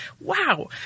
Wow